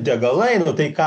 degalai nu tai ką